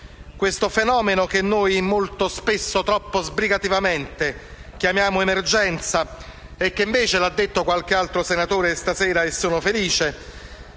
Questo fenomeno, che noi molto spesso, troppo sbrigativamente, chiamiamo emergenza e che invece - come ha detto qualche altro senatore questa sera, e ne sono felice